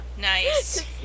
Nice